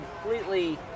completely